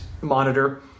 monitor